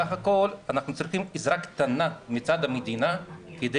בסך הכל אנחנו צריכים עזרה קטנה מצד המדינה כדי